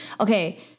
Okay